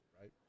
right